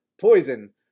Poison